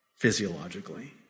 physiologically